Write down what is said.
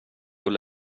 att